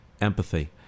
Empathy